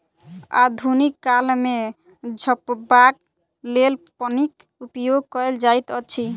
आधुनिक काल मे झपबाक लेल पन्नीक उपयोग कयल जाइत अछि